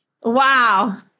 Wow